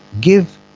give